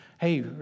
Hey